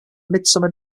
midsummer